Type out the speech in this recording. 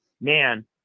man